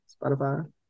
Spotify